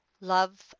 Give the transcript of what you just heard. love